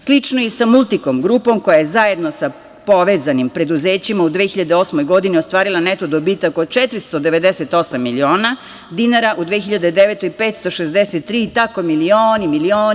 Slično i sa Multikom grupom koja je zajedno sa povezanim preduzećima u 2008. godini ostvarila neto dobitak od 498.000.000 dinara, u 2009. godini 563.000.000 i tako, milioni, milioni.